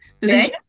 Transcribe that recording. today